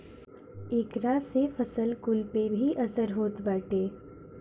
एकरा से फसल कुल पे भी असर होत बाटे